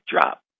drop